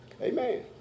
Amen